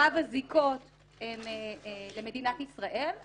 מירב הזיקות הן למדינת ישראל,